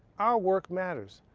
our work matters.